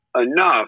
enough